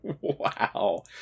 Wow